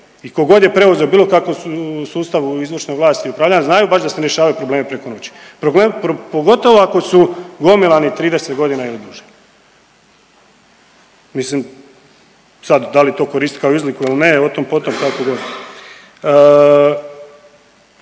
i tko god je preuzeo bilo kakvu u sustavu izvršnu vlast i upravljanje, znaju baš da se ne rješavaju problemi preko noći, pogotovo ako su gomilani 30 godina ili duže. Mislim, sad, da li to koristiti kao izliku ili ne, o tom potom, kako god.